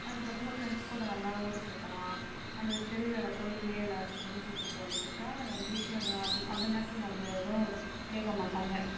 அதுக்கப்புறம் ஃப்ரெண்ட்ஸ் கூட நல்லா ஊரை சுற்றலாம் அந்த திருவிழாவில கோயில்லே எல்லார்க்கூடையும் சுற்றிட்டு வந்துட்டால் நம்ம வீட்டிலையும் எதுவும் அந்த நேரத்தில் நம்மள எதுவும் கேட்க மாட்டாங்கள்